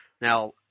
Now